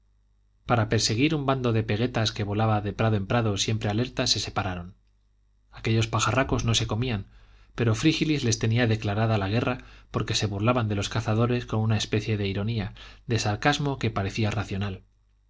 para perseguir un bando de peguetas que volaba de prado en prado siempre alerta se separaron aquellos pajarracos no se comían pero frígilis les tenía declarada la guerra porque se burlaban de los cazadores con una especie de ironía de sarcasmo que parecía racional